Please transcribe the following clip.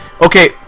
Okay